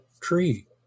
tree